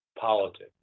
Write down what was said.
politics